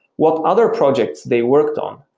what other projects they worked on.